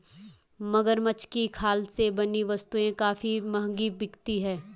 मगरमच्छ की खाल से बनी वस्तुएं काफी महंगी बिकती हैं